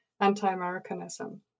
anti-Americanism